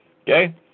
Okay